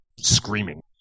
screaming